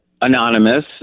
anonymous